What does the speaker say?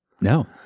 No